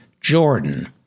Jordan